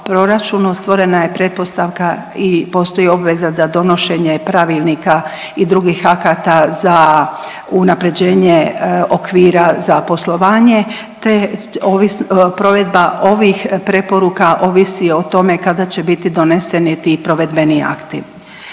stvorena je pretpostavka i postoji obveza za donošenje pravilnika i drugih akata za unaprjeđenje okvira za poslovanje te provedba ovih preporuka ovisi o tome kada će biti doneseni ti provedbeni akti.